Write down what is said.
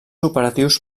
operatius